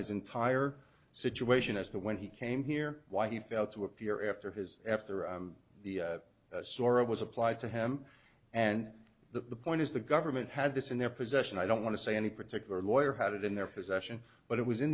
his entire situation as to when he came here why he failed to appear after his after the sorra was applied to him and the point is the government had this in their possession i don't want to say any particular lawyer had it in their possession but it was in